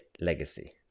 legacy